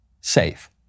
safe